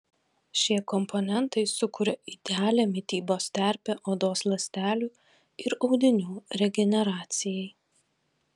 šie komponentai sukuria idealią mitybos terpę odos ląstelių ir audinių regeneracijai